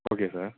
okay sir